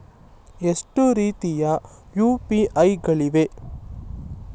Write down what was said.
ಎಷ್ಟು ರೀತಿಯ ಯು.ಪಿ.ಐ ಗಳಿವೆ?